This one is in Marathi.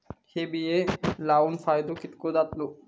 हे बिये लाऊन फायदो कितको जातलो?